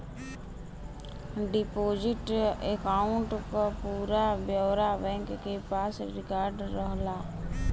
deposit account क पूरा ब्यौरा बैंक के पास रिकार्ड रहला